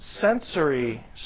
Sensory